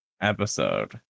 episode